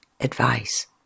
advice